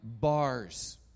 bars